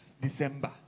December